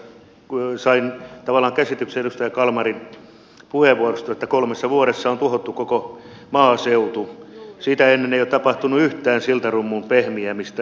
nyt tässä sain tavallaan käsityksen edustaja kalmarin puheenvuorosta että kolmessa vuodessa on tuhottu koko maaseutu sitä ennen ei ole tapahtunut yhtään siltarummun pehmiämistä